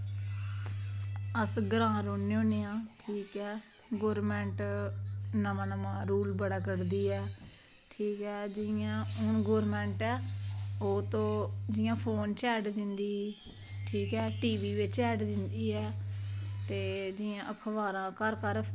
अस ग्रांऽ रौह्ने आं गौरमेंट नमां नमां रूल बड़ा करदी ऐ हू'न जियां ओ तो जियां फोन च ऐड दिंदी ठीक ऐ टीवी बिच एड दिंदी ऐ ते जियां अखबारां घर घर